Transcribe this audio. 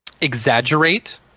exaggerate